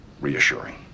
reassuring